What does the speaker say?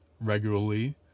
regularly